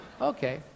Okay